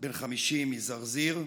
בן 50 מזרזיר,